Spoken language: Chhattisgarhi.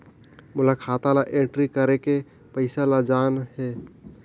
मोला खाता ला एंट्री करेके पइसा ला जान हे?